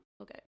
Okay